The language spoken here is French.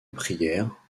prière